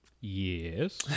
Yes